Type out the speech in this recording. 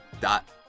dot